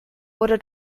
wurde